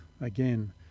again